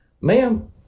ma'am